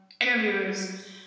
interviewers